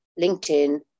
LinkedIn